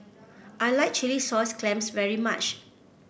I like Chilli Sauce Clams very much